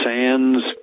Sands